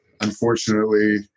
unfortunately